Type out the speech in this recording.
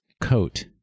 coat